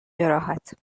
جراحت